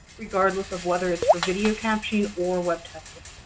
regardless of whether it's for video captioning or web testing.